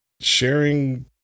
Sharing